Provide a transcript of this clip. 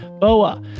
BOA